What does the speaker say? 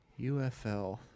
UFL